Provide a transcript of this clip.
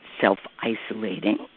self-isolating